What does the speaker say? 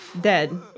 dead